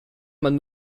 man